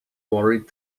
worried